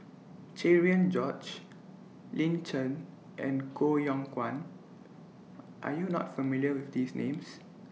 Cherian George Lin Chen and Koh Yong Guan Are YOU not familiar with These Names